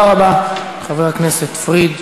תודה רבה, חבר הכנסת פריג'.